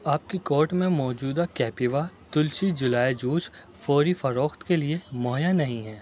آپ کی کورٹ میں موجودہ کیپیوا تلسی جلائے جوس فوری فروخت کے لیے مہیا نہیں ہے